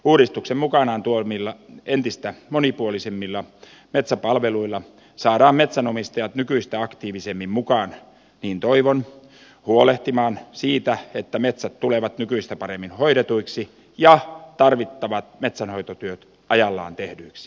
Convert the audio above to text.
uudistuksen mukanaan tuomilla entistä monipuolisemmilla metsäpalveluilla saadaan metsänomistajat nykyistä aktiivisemmin mukaan niin toivon huolehtimaan siitä että metsät tulevat nykyistä paremmin hoidetuiksi ja tarvittavat metsänhoitotyöt ajallaan tehdyiksi